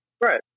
right